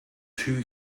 two